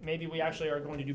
maybe we actually are going to do